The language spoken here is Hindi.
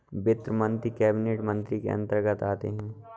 वित्त मंत्री कैबिनेट मंत्री के अंतर्गत आते है